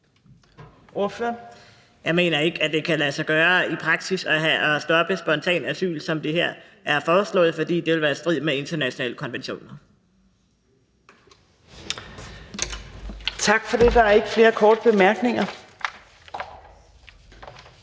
Jeg mener ikke, at det kan lade sig gøre i praksis at stoppe spontant asyl, som det er foreslået her, fordi det ville være i strid med internationale konventioner. Kl. 14:13 Fjerde næstformand (Trine